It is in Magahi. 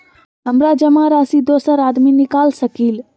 हमरा जमा राशि दोसर आदमी निकाल सकील?